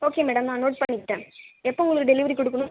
okay madam நான் note பண்ணிக்கிட்டேன் எப்போ உங்களுக்கு டெலிவரி கொடுக்கணும்